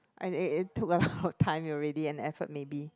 and it it took a lot of time already and effort maybe